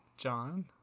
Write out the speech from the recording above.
John